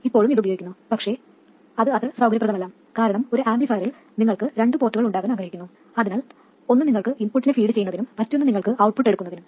ഇപ്പോഴും ഇത് ഉപയോഗിക്കുന്നു പക്ഷേ ഇത് അത്ര സൌകര്യപ്രദമല്ല കാരണം ഒരു ആംപ്ലിഫയറിൽ നിങ്ങൾ രണ്ട് പോർട്ടുകൾ ഉണ്ടാകാൻ ആഗ്രഹിക്കുന്നു അതിൽ ഒന്നു നിങ്ങൾക്ക് ഇൻപുട്ടിനെ ഫീഡ് ചെയ്യുന്നതിന്നും മറ്റൊന്നു നിങ്ങൾക്ക് ഔട്ട്പുട്ട് എടുക്കുന്നതിന്നും